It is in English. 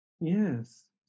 Yes